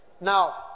Now